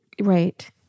Right